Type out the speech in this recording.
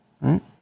Right